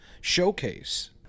showcase